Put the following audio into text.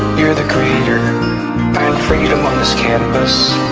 you're the creator find freedom on this canvas